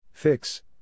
Fix